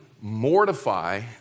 mortify